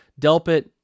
Delpit